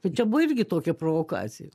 čia buvo irgi tokia provokacija